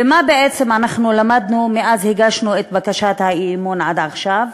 ומה בעצם אנחנו למדנו מאז הגשנו את הצעת האי-אמון עד עכשיו?